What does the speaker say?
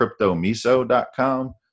CryptoMiso.com